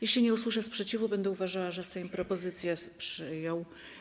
Jeśli nie usłyszę sprzeciwu, będę uważała, że Sejm propozycje przyjął.